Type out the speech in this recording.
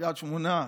קריית שמונה,